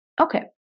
Okay